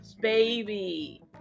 baby